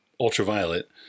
Ultraviolet